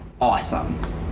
Awesome